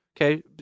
Okay